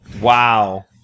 Wow